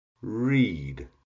READ